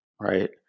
right